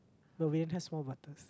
but Wayne has four butters